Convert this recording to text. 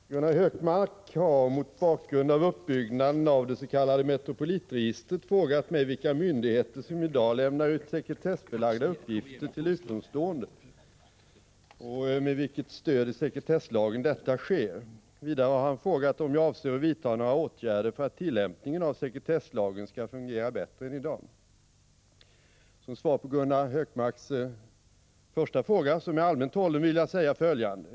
Herr talman! Gunnar Hökmark har mot bakgrund av uppbyggnaden av dets.k. Metropolitregistret frågat mig vilka myndigheter som i dag lämnar ut sekretessbelagda uppgifter till utomstående och med vilket stöd i sekretesslagen detta sker. Vidare har han frågat om jag avser att vidta några åtgärder för att tillämpningen av sekretesslagen skall fungera bättre än i dag. Som svar på Gunnar Hökmarks första fråga, som är allmänt hållen, vill jag säga följande.